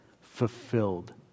fulfilled